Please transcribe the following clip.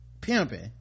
pimping